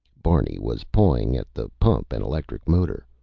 barney was pawing at the pump and electric motor.